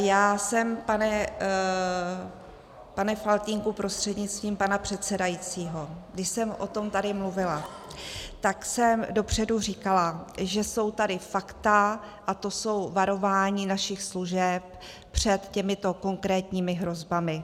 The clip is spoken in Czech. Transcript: Já jsem, pane Faltýnku prostřednictvím pana předsedajícího, když jsem o tom tady mluvila, tak jsem dopředu říkala, že jsou tady fakta a to jsou varování našich služeb před těmito konkrétními hrozbami.